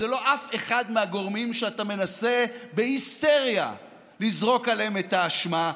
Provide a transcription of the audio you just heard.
זה לא אף אחד מהגורמים שאתה מנסה בהיסטריה לזרוק עליהם את האשמה.